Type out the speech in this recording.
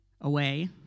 away